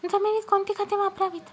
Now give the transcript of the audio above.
जमिनीत कोणती खते वापरावीत?